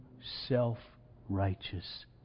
self-righteous